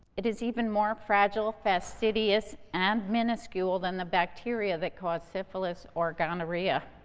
it is even more fragile, fastidious and miniscule than the bacteria that cause syphilis or gonorrhea.